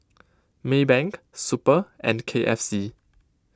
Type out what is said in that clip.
Maybank Super and K F C